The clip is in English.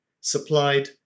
supplied